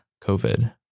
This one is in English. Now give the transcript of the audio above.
COVID